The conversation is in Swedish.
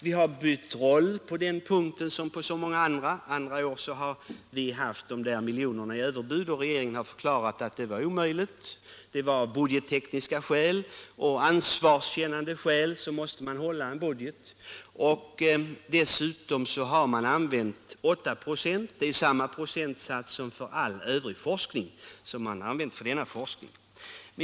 Vi har bytt roll på den punkten som på så många andra. Tidigare år har vi haft de där miljonerna i överbud, och regeringen har förklarat att förslaget var omöjligt att genomföra. Av budgettekniska och ansvarskännande skäl måste man hålla en budget. Man har dessutom använt 8 96, vilket är samma procentsats som för all övrig forskning.